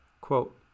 Quote